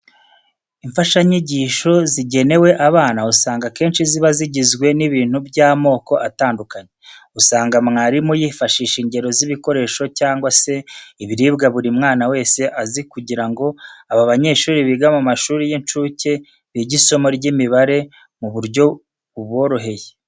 Imfashanyigisho zigenewe abana usanga akenshi ziba zigizwe n'ibintu by'amoko atandukanye. Usanga mwarimu yifashisha ingero z'ibikoresho cyangwa se ibiribwa buri mwana wese azi kugira ngo abo banyeshuri biga mu mashuri y'incuke bige isomo ry'imibare mu buryo buboroheye.